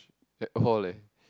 at all leh